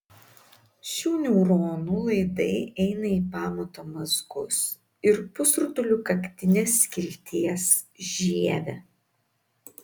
šių neuronų laidai eina į pamato mazgus ir pusrutulių kaktinės skilties žievę